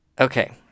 Okay